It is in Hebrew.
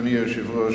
אדוני היושב-ראש,